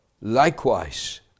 Likewise